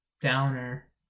downer